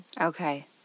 Okay